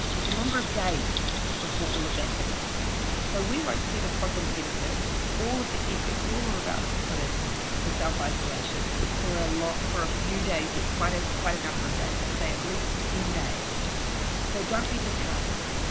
it's a number of days before all of that happens so we won't see the positive benefits of all of the effort you were about to put in for self isolation for a lot. for a few days yet. quite a quite a number of days. i'd say at least ten days so, don't be disheartened.